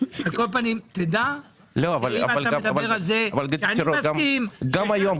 על כל פנים תדע שאם אתה מדבר על זה שאני מסכים --- גם היום,